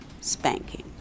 spanking